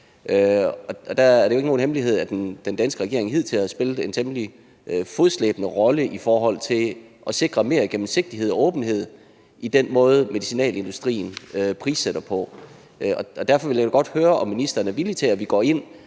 Der er det jo ikke nogen hemmelighed, at den danske regering hidtil har spillet en temmelig fodslæbende rolle i forhold til at sikre mere gennemsigtighed og åbenhed i den måde, medicinalindustrien prissætter på. Derfor vil jeg godt høre, om ministeren er villig til, at vi går ind,